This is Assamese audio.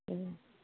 তাকে